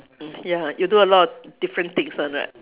mm ya you do a lot of different things one right